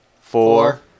Four